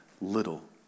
little